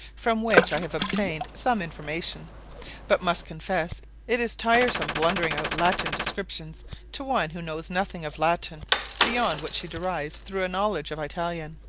from which i have obtained some information but must confess it is tiresome blundering out latin descriptions to one who knows nothing of latin beyond what she derives through a knowledge of italian.